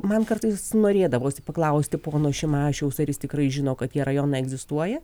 man kartais norėdavosi paklausti pono šimašiaus ar jis tikrai žino kad tie rajonai egzistuoja